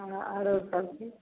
हमरा आओर सबठी